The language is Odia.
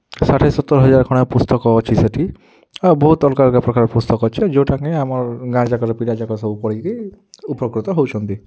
ଷାଠିଏ ସତୋର୍ ହଜାର୍ ଖଣ୍ଡେ ପୁସ୍ତକ ଅଛି ସେଠି ବହୁତ୍ ଅଲ୍ଗା ଅଲ୍ଗା ପ୍ରକାର୍ ପୁସ୍ତକ ଅଛି ଯୋଉଁଟା କିଁ ଆମର୍ ଗାଁଯାକର୍ ପିଲା୍ ଯାକର୍ ସବୁ ପଢ଼ିକି ଉପକୃତ ହଉଛନ୍ତି